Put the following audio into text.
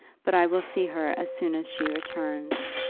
but i will see her as soon as she returns.